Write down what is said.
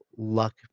luck